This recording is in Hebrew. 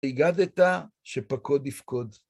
היגדת שפקוד יפקוד.